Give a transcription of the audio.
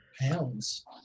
Pounds